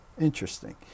Interesting